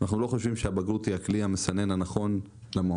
אנחנו לא חושבים שהבגרות היא כלי מסנן נכון למועמדים.